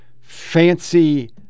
fancy